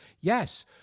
yes